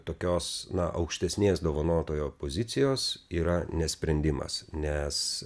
tokios na aukštesnės dovanotojo pozicijos yra ne sprendimas nes